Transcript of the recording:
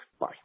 Bye